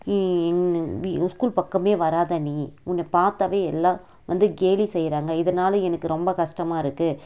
நீ ஸ்கூல் பக்கமே வராதே நீ உன்னை பார்த்தாவே எல்லாம் வந்து கேலி செய்கிறாங்க இதனால் எனக்கு ரொம்ப கஷ்டமாருக்கு